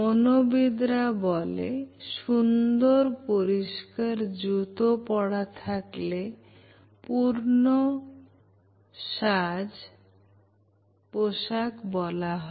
মনোবিদ রা বলে সুন্দর পরিষ্কার জুতো পড়া থাকলে পূর্ণ সাজ পোশাক বলা হয়